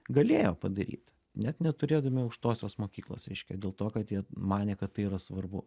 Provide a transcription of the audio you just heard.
galėjo padaryt net neturėdami aukštosios mokyklos reiškia dėl to kad jie manė kad tai yra svarbu